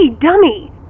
dummy